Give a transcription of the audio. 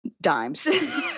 dimes